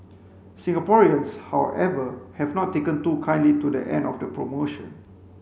Singaporeans however have not taken too kindly to the end of the promotion